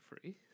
free